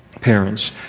parents